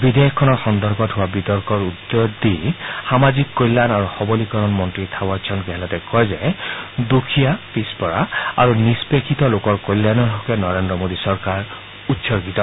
বিধেয়কখনৰ সন্দৰ্ভত হোৱা বিতৰ্কৰ উত্তৰ দি সামাজিক কল্যাণ আৰু সৱলীকৰণৰ মন্ত্ৰী থাৱাৰ চান্দ গেহলটে কয় যে দুখীয়া পিছপৰা আৰু নিষ্পেষিত লোকৰ কল্যাণৰ হকে কাম কৰিবলৈ নৰেন্দ্ৰ মোডী চৰকাৰ উৎসৰ্গিত